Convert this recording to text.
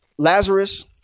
Lazarus